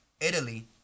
Italy